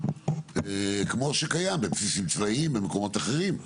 כמו שקיים בבסיסים צבאיים ובמקומות אחרים.